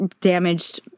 Damaged